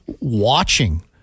watching